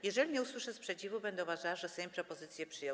Jeżeli nie usłyszę sprzeciwu, będę uważała, że Sejm propozycję przyjął.